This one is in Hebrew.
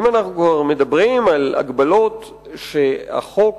אם אנחנו כבר מדברים על הגבלות שהחוק